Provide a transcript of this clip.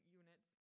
units